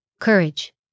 courage